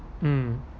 mm